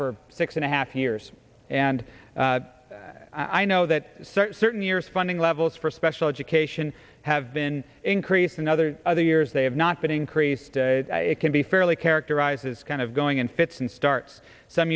for six and a half years and i know that certain years funding levels for special education have been increased and other other years they have not been increased it can be fairly characterized as kind of going in fits and starts some